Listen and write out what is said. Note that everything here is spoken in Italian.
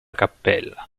cappella